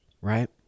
Right